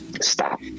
Stop